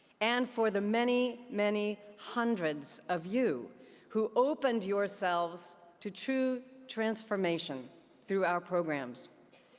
and for the many many hundreds of you who opened yourselves to true transformation through our programs.